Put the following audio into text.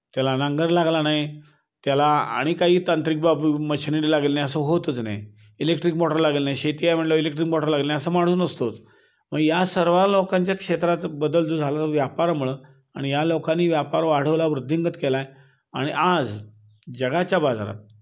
त्याला नांगर लागला नाही त्याला आणि काही तांत्रिक बाब मशनरी लागली नाही असं होतच नाही इलेक्ट्रिक मोटर लागली नाही शेती आहे म्हटलं इलेक्ट्रिक मोटर लागली नाही असा माणूस नसतोच मग या सर्व लोकांच्या क्षेत्रात बदल जो झाला तो व्यापारामुळं आणि या लोकांनी व्यापार वाढवला वृद्धिंगत केला आहे आणि आज जगाच्या बाजारात